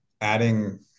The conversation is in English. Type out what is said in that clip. adding